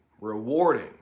rewarding